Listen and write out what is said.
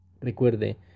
Recuerde